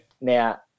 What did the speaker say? Now